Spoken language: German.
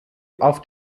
auf